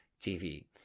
TV